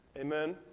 Amen